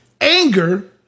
anger